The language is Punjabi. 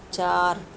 ਚਾਰ